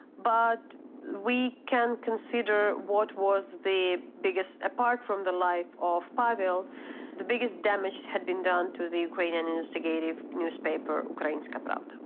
but we can consider what was the biggest apart from the life of pavel the biggest damage had been done to the ukrainian investigative newspaper, ukrayinska pravda.